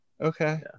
Okay